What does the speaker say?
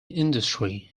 industry